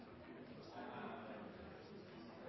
uten å se